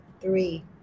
three